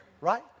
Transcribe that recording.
right